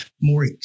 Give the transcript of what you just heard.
more